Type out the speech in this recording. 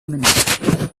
minutes